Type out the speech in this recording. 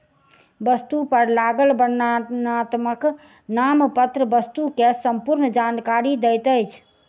वस्तु पर लागल वर्णनात्मक नामपत्र वस्तु के संपूर्ण जानकारी दैत अछि